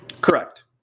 Correct